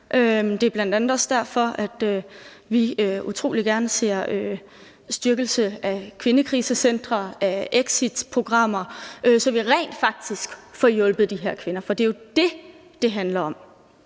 Det er bl.a. derfor, at vi utrolig gerne ser en styrkelse af kvindekrisecentre og af exitprogrammer, så vi rent faktisk får hjulpet de her kvinder, for det er jo det, det handler om.